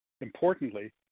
Importantly